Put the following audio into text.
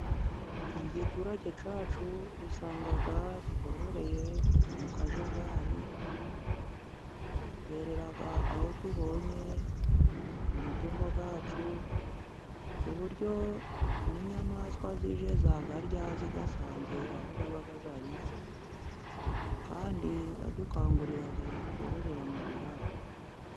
Mu giturage cyacu usanga twororeye mu kajagari , duterera aho tubonye amatungo yacu , ku buryo n'inyamaswa zije zayarya ziyasanze aho aba ari , kandi badukangurira kororera mu biraro.